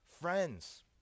friends